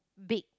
big